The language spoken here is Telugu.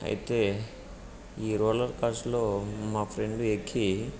అయితే ఈ రోలర్ కాస్టులో మా ఫ్రెండు ఎక్కి